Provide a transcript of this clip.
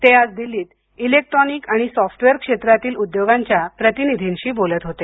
ते आज दिल्लीत इलेक्ट्रॉनिक आणि सॉफ्टवेअर क्षेत्रातील उद्योगांच्या प्रतिनिधींशी बोलत होते